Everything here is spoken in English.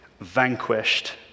vanquished